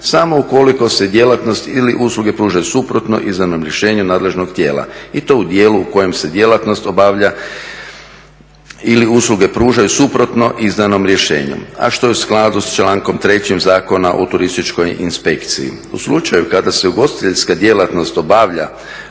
samo ukoliko se djelatnost ili usluge pružaju suprotno izdanom rješenju nadležnog tijela i to u djelu u kojem se djelatnost obavlja ili usluge pružaju suprotno izdanom rješenju a što je u skladu s člankom 3. Zakona o turističkoj inspekciji. U slučaju kada se ugostiteljska djelatnost obavlja